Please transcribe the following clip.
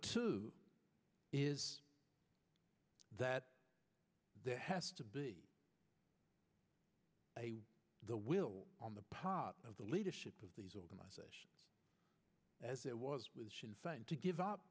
two is that there has to be a the will on the part of the leadership of these organizations as it was insane to give up